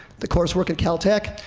the coursework at caltech.